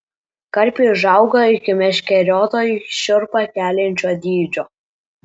karpiai užauga iki meškeriotojui šiurpą keliančio dydžio